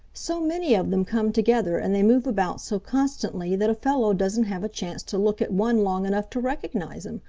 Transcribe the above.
so many of them come together and they move about so constantly that a fellow doesn't have a chance to look at one long enough to recognize him,